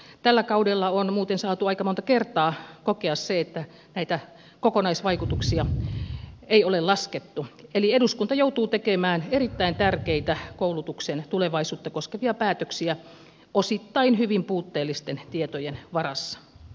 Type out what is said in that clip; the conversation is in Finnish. tällä kaudella on muuten saatu aika monta kertaa kokea se että näitä kokonaisvaikutuksia ei ole laskettu eli eduskunta joutuu tekemään erittäin tärkeitä koulutuksen tulevaisuutta koskevia päätöksiä osittain hyvin puutteellisten tietojen varassa